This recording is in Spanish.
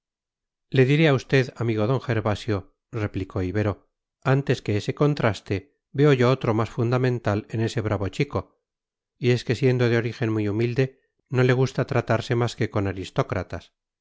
diré a usted amigo d gervasio replicó ibero antes que ese contraste veo yo otro más fundamental en ese bravo chico y es que siendo de origen muy humilde no le gusta tratarse más que con